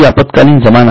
ती अल्पकालीन जमा नाही